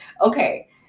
okay